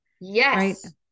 Yes